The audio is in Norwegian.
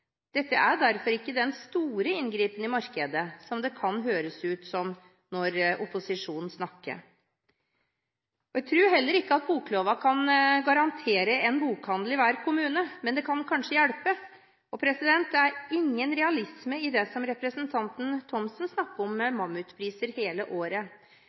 Dette er derfor ikke den store inngripen i markedet som det kan høres ut som når opposisjonen snakker. Jeg tror heller ikke at bokloven kan garantere en bokhandel i hver kommune, men det kan kanskje hjelpe. Det er ingen realisme i det representanten Thomsen snakker om, med mammutpriser hele året,